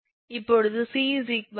இப்போது 𝑐 487